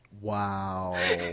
Wow